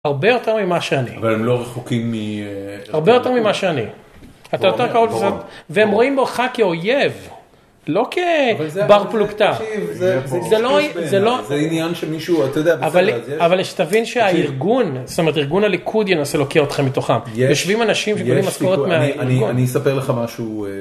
הרבה יותר ממה שאני. אבל הם לא רחוקים מ... הרבה יותר ממה שאני. אתה יותר קרוב לצד... והם רואים בך כאויב, לא כבר פלוגתא. זה לא... זה עניין שמישהו, אתה יודע, בסדר, אז יש. אבל שתבין שהארגון, זאת אומרת, ארגון הליכוד ינסה להוקיע אותך מתוכם. יש. יושבים אנשים שמקבלים משכורת מהארגון. אני אספר לך משהו.